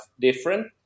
different